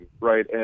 right